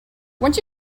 once